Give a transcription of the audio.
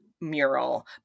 mural